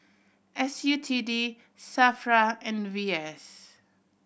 S U T D SAFRA and V S